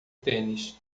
tênis